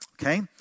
Okay